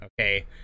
okay